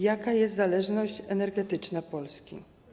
Jaka jest zależność energetyczna Polski?